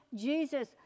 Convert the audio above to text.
Jesus